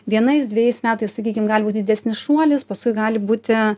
vienais dvejais metais sakykim gali būt didesnis šuolis paskui gali būti